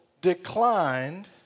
declined